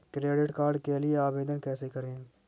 Credit card के लिए आवेदन कैसे करें?